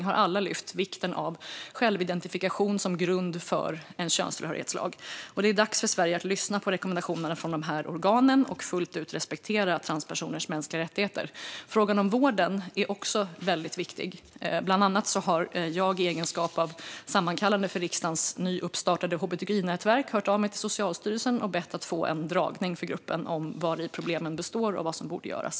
Alla dessa organ har lyft vikten av självidentifikation som grund för en könstillhörighetslag, och det är dags för Sverige att lyssna på rekommendationerna från dem och fullt ut respektera transpersoners mänskliga rättigheter. Frågan om vården är också väldigt viktig. Bland annat har jag i egenskap av sammankallande för riksdagens nystartade hbtqi-nätverk hört av mig till Socialstyrelsen och bett att få en dragning för gruppen om vari problemen består och vad som borde göras.